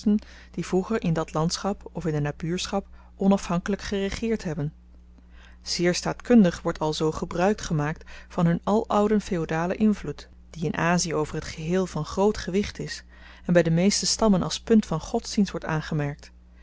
die vroeger in dat landschap of in de nabuurschap onafhankelyk geregeerd hebben zeer staatkundig wordt alzoo gebruik gemaakt van hun alouden feodalen invloed die in azie over t geheel van groot gewicht is en by de meeste stammen als punt van godsdienst wordt aangemerkt dewyl